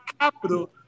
capital